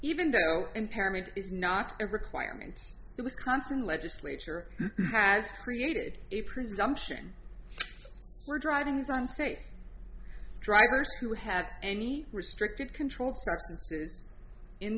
even though impairment is not a requirement the wisconsin legislature has created a presumption were driving is unsafe drivers who have any restricted controlled substances in